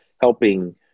helping –